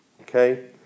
Okay